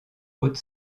haut